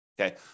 Okay